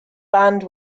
band